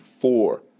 four